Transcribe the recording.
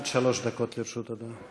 עד שלוש דקות לרשות אדוני.